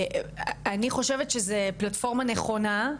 אני חושבת שזה פלטפורמה נכונה,